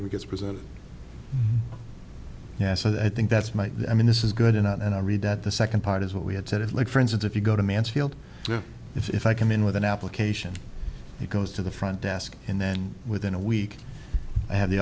t gets presented yes and i think that's my i mean this is good in and i read that the second part is what we had said it like for instance if you go to mansfield if i come in with an application he goes to the front desk and then within a week i had the